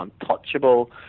untouchable